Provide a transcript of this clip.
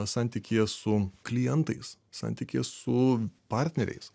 santykyje su klientais santykyje su partneriais